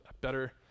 better